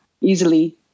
Easily